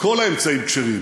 כל האמצעים כשרים.